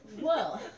Whoa